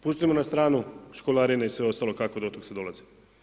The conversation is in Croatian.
Pustimo na stranu školarine i sve ostalo kako do toga se dolazi.